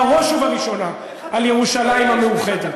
בראש ובראשונה על ירושלים המאוחדת.